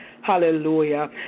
Hallelujah